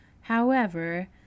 However